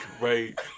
Right